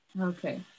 okay